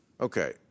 Okay